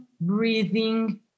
Breathing